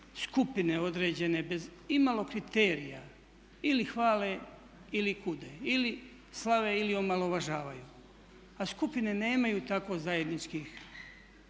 skupine određene bez imalo kriterija ili hvale ili kude ili slave ili omalovažavaju. A skupine nemaju tako zajednički